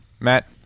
matt